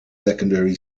secondary